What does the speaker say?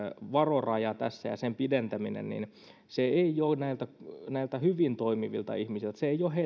varoraja tässä ja sen pidentäminen ei ole näiltä hyvin toimivilta ihmisiltä